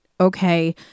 okay